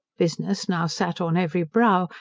business now sat on every brow,